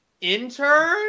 intern